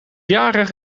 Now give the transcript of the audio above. jarig